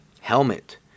helmet